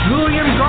William